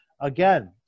Again